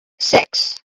six